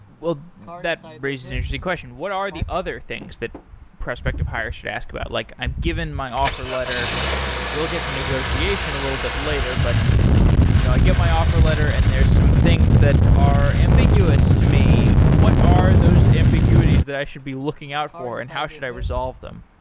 that raises an interesting question what are the other things that prospect of hire should ask about? like i'm given my offer letter we'll get to negotiation a little bit later. but you know i get my offer letter and there are some things that are ambiguous to me. what are those ambiguities that i should be looking out for and how should i resolve them?